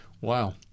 Wow